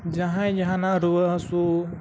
ᱡᱟᱦᱟᱸᱭ ᱡᱟᱦᱟᱱᱟᱜ ᱨᱩᱣᱟᱹᱼᱦᱟᱹᱥᱩᱜ